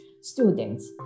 students